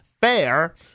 fair